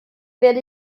werde